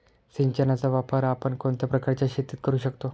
सिंचनाचा वापर आपण कोणत्या प्रकारच्या शेतीत करू शकतो?